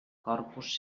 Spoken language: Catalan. corpus